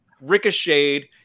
ricocheted